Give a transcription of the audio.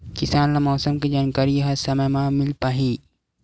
किसान ल मौसम के जानकारी ह समय म मिल पाही?